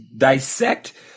dissect